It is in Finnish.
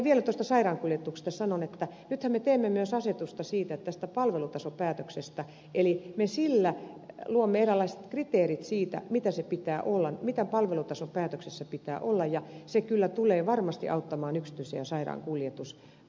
vielä sairaankuljetuksesta sanon että nythän me teemme myös asetusta tästä palvelutasopäätöksestä eli me sillä luomme eräänlaiset kriteerit siitä mitä sen pitää olla mitä palvelutasopäätöksessä pitää olla ja se kyllä tulee varmasti auttamaan yksityisiä sairaankuljetusorganisaatioita